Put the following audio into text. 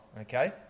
okay